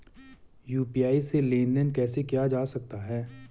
UPI से लेनदेन कैसे किया जा सकता है?